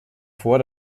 vor